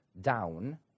down